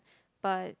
but